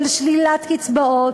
של שלילת קצבאות,